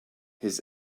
his